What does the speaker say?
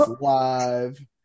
live